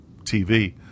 TV